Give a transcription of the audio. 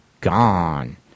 gone